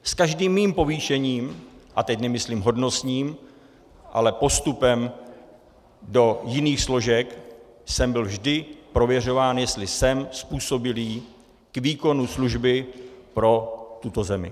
S každým mým povýšením a teď nemyslím hodnostním, ale postupem do jiných složek jsem byl vždy prověřován, jestli jsem způsobilý k výkonu služby pro tuto zemi.